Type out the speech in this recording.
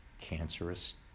cancerous